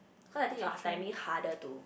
cause I think your timing harder to